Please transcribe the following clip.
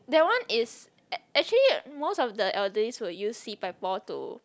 that one is ac~ actually most of the elderlies will use Si-Pai-Por to